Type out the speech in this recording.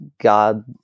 God